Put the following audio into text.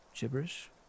gibberish